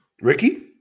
Ricky